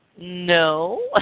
No